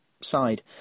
side